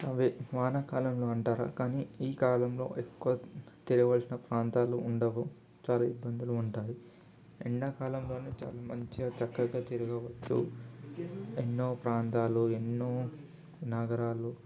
అవి వానాకాలంలో అంటారా కానీ ఈ కాలంలో ఎక్కువ తిరగవలసిన ప్రాంతాలు ఉండవు చాలా ఇబ్బందులు ఉంటాయి ఎండాకాలంలోనే చాలా మంచిగా చక్కగా తిరగవచ్చు ఎన్నో ప్రాంతాలు ఎన్నో నగరాలు